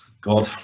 God